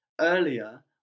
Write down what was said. earlier